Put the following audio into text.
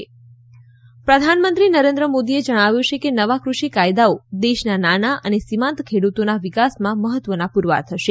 રાજ્યસભા પ્રધાનમંત્રી પ્રધાનમંત્રી નરેન્દ્ર મોદીએ જણાવ્યું છે કે નવા ક઼ષિ કાયદાઓ દેશના નાના અને સીમાંત ખેડુતોના વિકાસમાં મહત્વના પુરવાર થશે